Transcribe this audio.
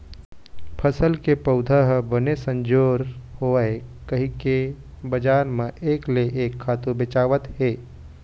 फसल के पउधा ह बने संजोर होवय कहिके बजार म एक ले एक खातू बेचावत हे